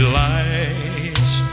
lights